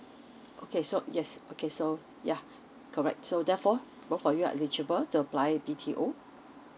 okay so yes okay so ya correct so therefore both of you are eligible to apply B_T_O